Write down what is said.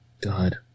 God